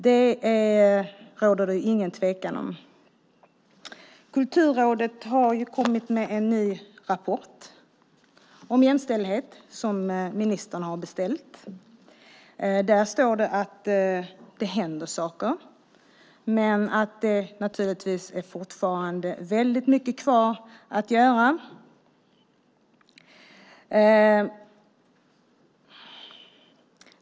Detta råder det ingen tvekan om. Kulturrådet har kommit med en ny rapport om jämställdhet som ministern har beställt. Där står det att det händer saker men att det naturligtvis fortfarande är väldigt mycket kvar att göra.